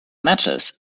matches